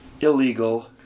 illegal